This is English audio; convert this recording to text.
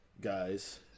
guys